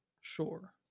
Sure